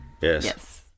Yes